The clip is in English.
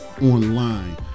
online